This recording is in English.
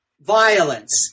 violence